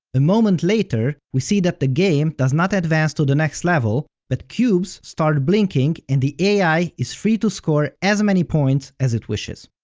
a moment later, we see that the game does not advance to the next level, but cubes start blinking and the ai is free to score as many points as it wishes.